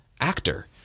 actor